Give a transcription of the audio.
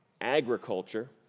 agriculture